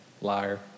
Liar